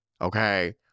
Okay